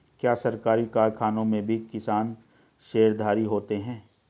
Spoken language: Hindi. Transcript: क्या सरकारी कारखानों में भी किसान शेयरधारी होते हैं?